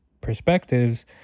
perspectives